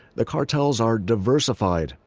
the cartels are diversified.